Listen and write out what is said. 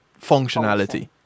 functionality